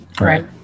right